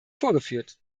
vorgeführt